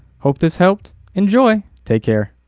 hope this helped enjoy take care